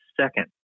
second